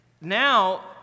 Now